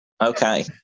Okay